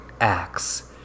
acts